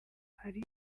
hari